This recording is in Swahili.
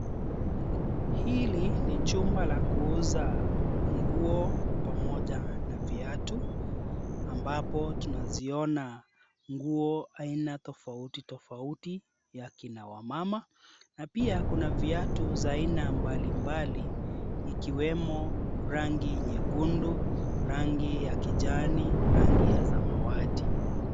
Hili ni jumba la kuuza nguo pamoja na viatu, ambapo tunaziona nguo aina tofauti tofauti ya kina wamama na pia kuna viatu za aina mbali mbali, ikiwemo rangi nyekundu, rangi ya kijani, rangi ya samawati.